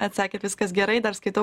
atsakėt viskas gerai dar skaitau ką